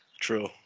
True